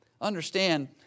understand